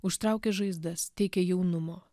užtraukia žaizdas teikia jaunumo